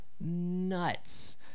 nuts